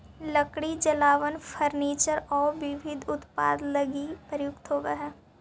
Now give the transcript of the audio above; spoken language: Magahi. लकड़ी जलावन, फर्नीचर औउर विविध उत्पाद लगी प्रयुक्त होवऽ हई